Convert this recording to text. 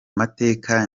mateka